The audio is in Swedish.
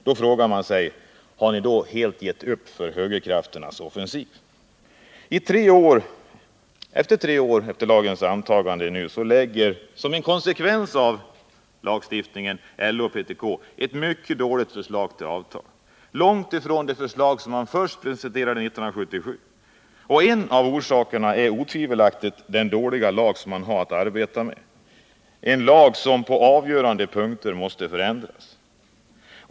Då frågar man sig: Har ni helt gett upp för högerkrafternas offensiv? Tre år efter lagens antagande lägger, som en konsekvens av lagstiftningen, LO och PTK fram ett mycket dåligt förslag till avtal, långt ifrån det förslag som kom 1977. En av orsakerna är otvivelaktigt den dåliga lag som man har att arbeta med, en lag som på avgörande punkter måste ändras.